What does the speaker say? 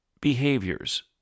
behaviors